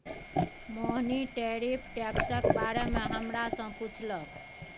मोहिनी tariff टैक्सक बारे मे हमरा सँ पुछलक